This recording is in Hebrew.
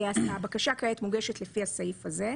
הבקשה כעת מוגשת לפי הסעיף הזה.